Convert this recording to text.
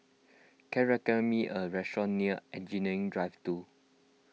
can recommend me a restaurant near Engineering Drive two